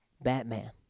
Batman